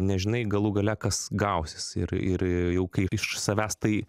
nežinai galų gale kas gausis ir ir jau kai iš savęs tai